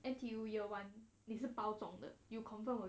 N_T_U year one 你是包中的 you confirm will get hall [one]